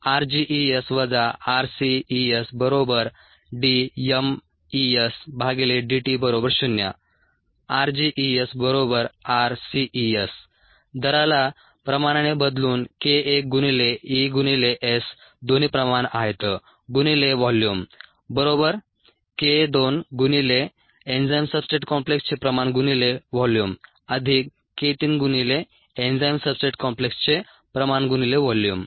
rgES rcESdmESdt≅0 rgESrcES दराला प्रमाणाने बदलून k 1 गुणिले E गुणिले S दोन्ही प्रमाण आहेत गुणिले व्हॉल्यूम बरोबर k 2 गुणिले एन्झाईम सब्सट्रेट कॉम्प्लेक्सचे प्रमाण गुणिले व्हॉल्यूम अधिक k 3 गुणिले एन्झाईम सब्सट्रेट कॉम्प्लेक्सचे प्रमाण गुणिले व्हॉल्यूम